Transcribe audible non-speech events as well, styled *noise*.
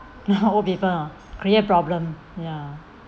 *laughs* old people ah create problem ya